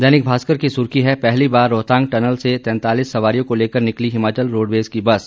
दैनिक भास्कर की सुर्खी है पहली बार रोहतांग टनल से तैंतालिस सवारियों को लेकर निकली हिमाचल रोडवेज की बस